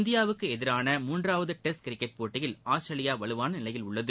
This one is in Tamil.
இந்தியாவுக்கு எதிரான மூன்றாவது டெஸ்ட் கிரிக்கெட் போட்டியில் ஆஸ்திரேலியா வலுவான நிலையில் உள்ளது